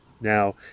Now